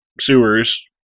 sewers